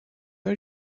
are